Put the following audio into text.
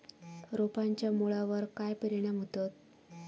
रोपांच्या मुळावर काय परिणाम होतत?